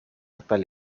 actual